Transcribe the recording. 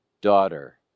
daughter